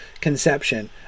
conception